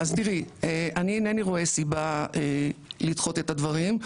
אז תראי אני אינני רואה סיבה לדחות את הדברים,